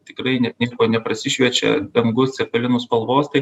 tikrai ne neprasišviečia dangus cepelinų spalvos tai